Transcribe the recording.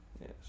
Yes